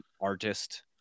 artist